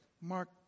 Mark